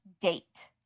date